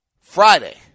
Friday